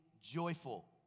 joyful